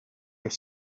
your